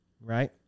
right